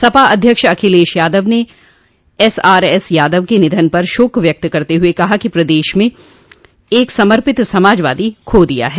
सपा अध्यक्ष अखिलेश यादव ने एसआरएस यादव के निधन पर शोक व्यक्त करते हुए कहा कि प्रदेश में एक समर्पित समाजवादी खो दिया है